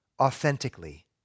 authentically